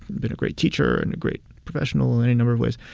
been a great teacher and a great professional in any number of ways.